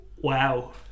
wow